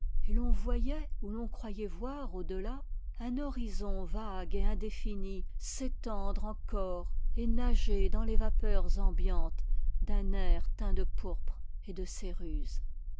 et l'on voyait ou l'on croyait voir au-delà un horizon vague et indéfini s'étendre encore et nager dans les vapeurs ambiantes d'un air teint de pourpre et de céruse